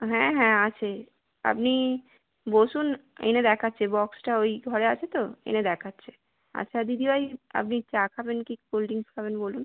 হ্যাঁ হ্যাঁ আছে আপনি বসুন এনে দেখাচ্ছে বক্সটা ওই ঘরে আছে তো এনে দেখাচ্ছে আচ্ছা দিদিভাই আপনি চা খাবেন কি কোল্ড ড্রিঙ্কস খাবেন বলুন